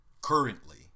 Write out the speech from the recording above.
Currently